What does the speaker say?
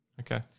Okay